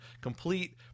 complete